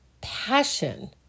passion